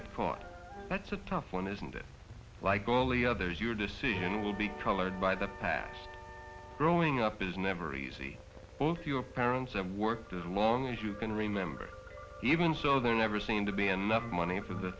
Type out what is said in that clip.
caught that's a tough one isn't it like all the others your decision will be colored by the past growing up is never easy both your parents have worked as long as you can remember even so there never seem to be enough money for the